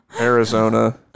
Arizona